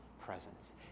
presence